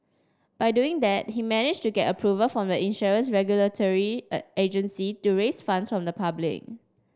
by doing that he managed to get approval from the insurance regulatory a agency to raise funds from the public